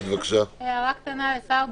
הערה קטנה לשר הבריאות.